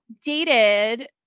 dated